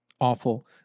awful